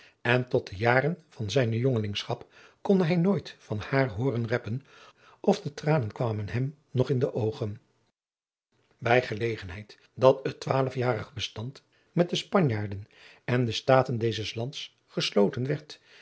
en tot de jaren van zijne jongelingschap kon hij nooit van haar hooren reppen of de tranen kwamen hem nog in de oogen bij gelegenheid dat het twaalfjarig bestand met de spanjaarden en de staten dezes lands gesloten werd